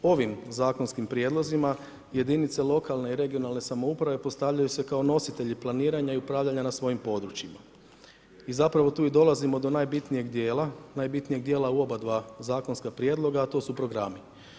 Ovim zakonskom prijedlozima jedinice i regionalne lokalne samouprave postavljaju se kao nositelji planiranja i upravljanja na svojim područjima i zapravo tu i dolazimo do najbitnijeg djela, najbitnijeg djela u oba da zakonska prijedloga a to su programi.